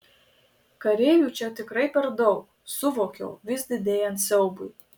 kareivių čia tikrai per daug suvokiau vis didėjant siaubui